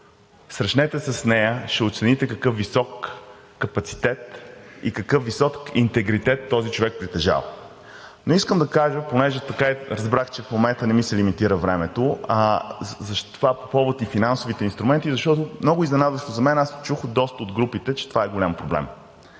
срещнете се с нея. Ще оцените какъв висок капацитет и какъв висок интегритет този човек притежава. Искам да кажа, понеже разбрах, че в момента не ми се лимитира времето – това по повод и финансовите инструменти, защото много изненадващо за мен чух от доста от групите, че това е голям проблем.